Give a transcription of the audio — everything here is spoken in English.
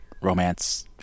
romance